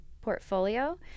portfolio